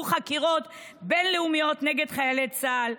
חקירות בין-לאומיות נגד חיילי צה"ל.